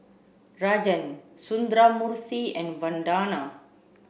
Rajan Sundramoorthy and Vandana